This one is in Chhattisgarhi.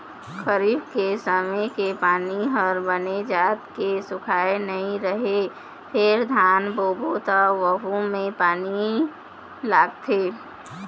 खरीफ के समे के पानी ह बने जात के सुखाए नइ रहय फेर धान बोबे त वहूँ म पानी लागथे